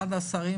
עד השרים,